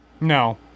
No